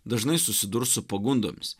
dažnai susidurs su pagundomis